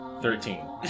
Thirteen